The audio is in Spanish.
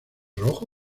rojo